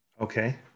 Okay